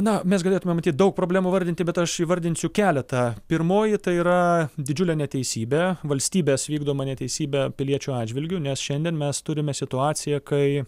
na mes galėtumėm matyt daug problemų vardinti bet aš įvardinsiu keletą pirmoji tai yra didžiulė neteisybė valstybės vykdoma neteisybė piliečių atžvilgiu nes šiandien mes turime situaciją kai